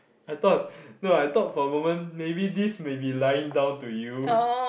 I thought no I thought for a moment maybe this may be lying down to you